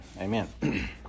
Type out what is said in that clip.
Amen